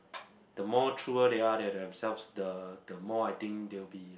the more truer they are than themselves the the more I think they will be